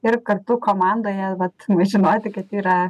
ir kartu komandoje vat na žinoti kad yra